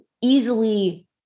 easily